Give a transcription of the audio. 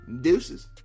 Deuces